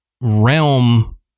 realm